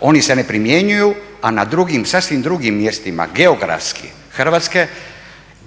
oni se ne primjenjuju, a na drugim, sasvim drugim mjestima, geografski, Hrvatske